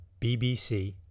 BBC